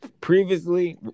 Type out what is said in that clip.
Previously